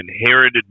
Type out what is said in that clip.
inherited